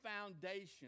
foundation